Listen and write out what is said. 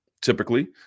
typically